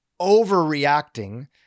overreacting